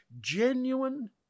genuine